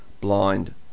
blind